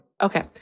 Okay